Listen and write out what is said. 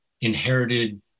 inherited